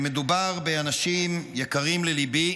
מדובר באנשים יקרים לליבי,